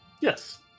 Yes